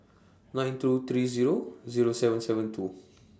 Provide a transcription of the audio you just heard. nine two three Zero Zero seven seven two